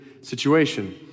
situation